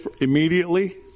immediately